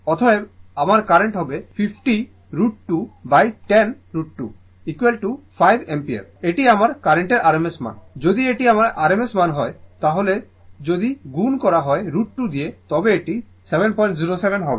অতএব আমার কারেন্ট হবে 50 √ 210 √ 2 5 অ্যাম্পিয়ার এটি আমার কার্রেন্টের rms মান যদি এটি আমার rms মান হয় তাহলে যদি গুণ হয় √ 2 দিয়ে তবে এটি 707 হবে